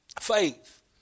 Faith